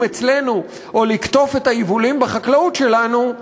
אצלנו או לקטוף את היבולים בחקלאות שלנו,